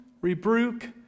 rebuke